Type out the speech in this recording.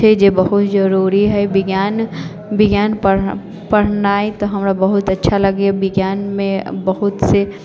छै जे बहुत जरुरी हइ विज्ञान विज्ञान पढ़ पढ़नाइ तऽ हमरा बहुत अच्छा लगैया विज्ञानमे बहुतसँ